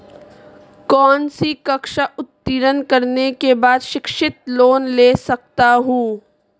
कौनसी कक्षा उत्तीर्ण करने के बाद शिक्षित लोंन ले सकता हूं?